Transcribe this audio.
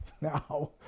Now